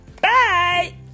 bye